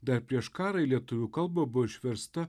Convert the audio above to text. dar prieš karą į lietuvių kalbą buvo išversta